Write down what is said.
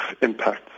impacts